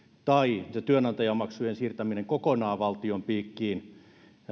tai työnantajamaksujen siirtäminen kokonaan valtion piikkiin